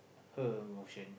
her emotion